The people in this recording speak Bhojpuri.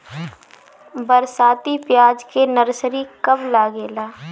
बरसाती प्याज के नर्सरी कब लागेला?